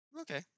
Okay